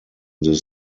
this